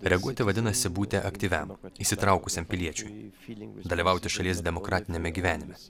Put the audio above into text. reaguoti vadinasi būti aktyviam įsitraukusiam piliečiui dalyvauti šalies demokratiniame gyvenime